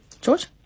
George